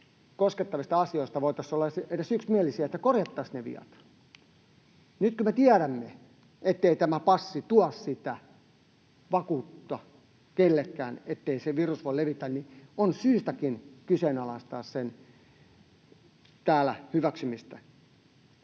koskettavista asioista voitaisiin olla edes yksimielisiä, että korjattaisiin ne viat. Nyt kun me tiedämme, ettei tämä passi tuo sitä vakuutta kenellekään, ettei se virus voi levitä, niin on syytäkin kyseenalaistaa täällä sen hyväksymistä.